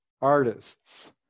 artists